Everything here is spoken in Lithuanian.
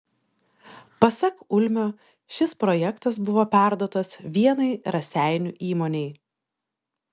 pasak ulmio šis projektas buvo perduotas vienai raseinių įmonei